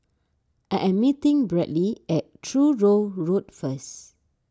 I am meeting Bradly at Truro Road first